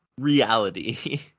reality